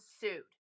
sued